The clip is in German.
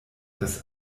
das